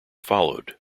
followed